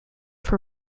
for